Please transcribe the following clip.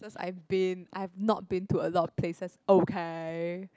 cause I've been I've not been to a lot of places okay